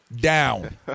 down